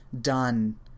done